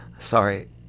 Sorry